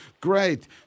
Great